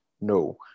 No